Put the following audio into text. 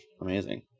Amazing